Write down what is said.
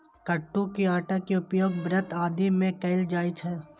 कट्टू के आटा के उपयोग व्रत आदि मे कैल जाइ छै